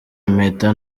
impeta